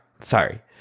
Sorry